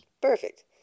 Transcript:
Perfect